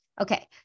Okay